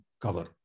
cover